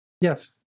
Yes